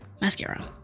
mascara